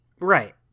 Right